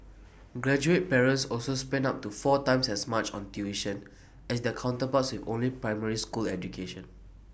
graduate parents also spent up to four times as much on tuition as their counterparts with only primary school education